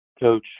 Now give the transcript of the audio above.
Coach